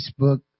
Facebook